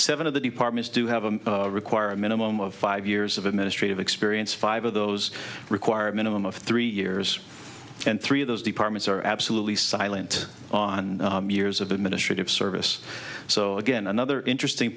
seven of the departments do have a require a minimum of five years of administrative experience five of those require a minimum of three years and three of those departments are absolutely silent on years of administrative service so again another interesting